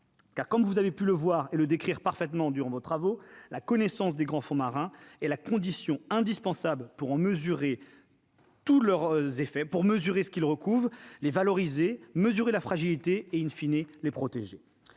car comme vous avez pu le voir et le décrire parfaitement durant nos travaux, la connaissance des grands fonds marins et la condition indispensable pour en mesurer. Tous leurs effets pour mesurer ce qu'il recouvre les valoriser mesuré la fragilité et une fine et les protéger,